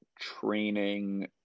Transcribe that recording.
training